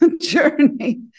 journey